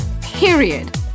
period